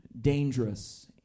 dangerous